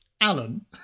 Alan